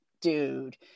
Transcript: dude